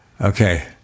Okay